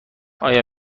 آیا